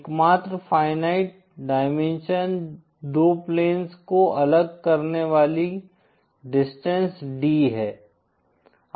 एकमात्र finite dimension दो planes को अलग करने वाली डिस्टेंस D है